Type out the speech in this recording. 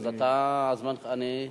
מאה אחוז.